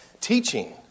teaching